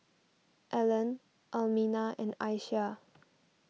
Allen Almina and Isiah